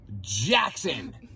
Jackson